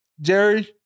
Jerry